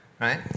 right